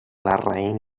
larraín